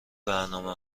برنامه